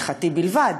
הלכתי בלבד,